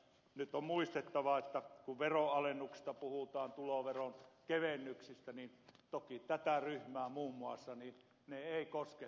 nyt on muistettava että kun veronalennuksista puhutaan tuloveronkevennyksistä niin toki tätä ryhmää muun muassa ne eivät koske ollenkaan